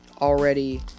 already